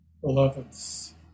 Beloveds